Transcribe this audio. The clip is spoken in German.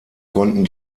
konnten